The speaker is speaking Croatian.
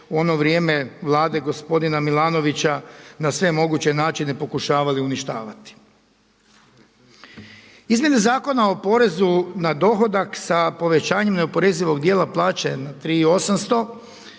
u ono vrijeme Vlade gospodina Milanovića na sve moguće načine pokušavali uništavati. Izmjene Zakona o porezu na dohodak sa povećanjem neoporezivog dijela plaće na 3800,